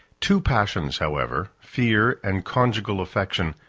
two passions, however, fear and conjugal affection,